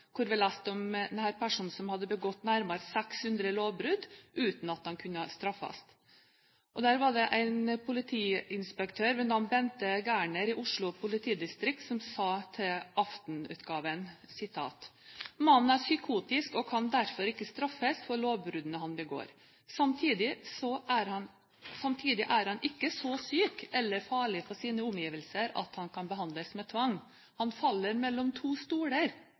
hvor vi leste om en person som hadde begått nærmere 600 lovbrudd, uten at han kunne straffes. Der var det en politiinspektør ved navn Bente Gerner i Oslo politidistrikt som sa til Aften-utgaven: «Mannen er psykotisk og kan derfor ikke straffes for lovbruddene han begår. Samtidig er han ikke så syk eller farlig for sine omgivelser at han kan behandles med tvang. Han faller mellom to stoler.»